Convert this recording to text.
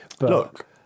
Look